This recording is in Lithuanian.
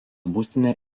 būstinė